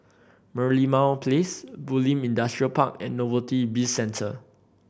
Merlimau Place Bulim Industrial Park and Novelty Bizcentre